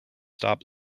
stop